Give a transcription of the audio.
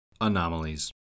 Anomalies